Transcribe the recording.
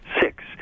six